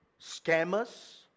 Scammers